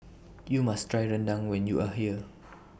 YOU must Try Rendang when YOU Are here